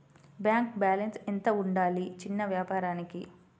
Bank balance ఎంత ఉండాలి చిన్న వ్యాపారానికి?